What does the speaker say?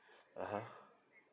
(uh huh)